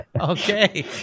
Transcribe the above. Okay